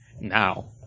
now